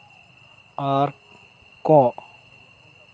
ᱟᱨ ᱠᱚᱸᱜ